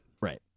right